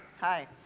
Hi